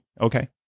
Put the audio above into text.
Okay